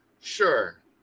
Sure